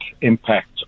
impact